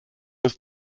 ist